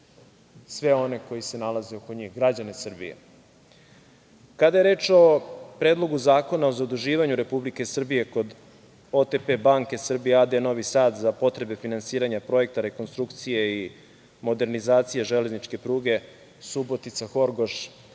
sve one koji se nalaze oko njih, građane Srbije. Kada je reč o Predlogu zakona o zaduživanju Republike Srbije kod OTP banke Srbije a.d. Novi Sad za potrebe finansiranja projekta, rekonstrukcije i modernizacije železničke pruge Subotica - Horgoš,